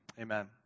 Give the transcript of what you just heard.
amen